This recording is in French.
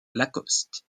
lacoste